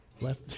Left